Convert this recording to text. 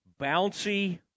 bouncy